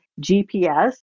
GPS